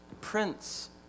Prince